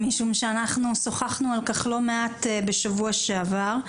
משום שאנחנו שוחחנו על כך לא מעט בשבוע שעבר,